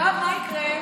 יואב, מה יקרה?